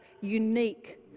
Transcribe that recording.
unique